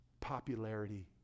popularity